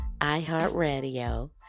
iHeartRadio